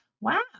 wow